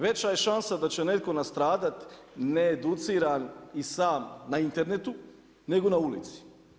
Veća je šansa da će netko nastradat needuciran i sam na internetu, nego na ulici.